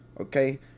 Okay